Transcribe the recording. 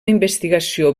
investigació